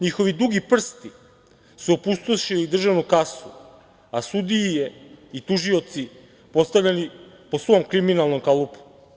Njihovi dugi prsti su opustošili državnu kasu, a sudije i tužioci postavljani po svom kriminalnom kalupu.